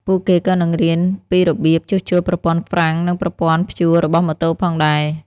ពួកគេក៏នឹងរៀនពីរបៀបជួសជុលប្រព័ន្ធហ្វ្រាំងនិងប្រព័ន្ធព្យួររបស់ម៉ូតូផងដែរ។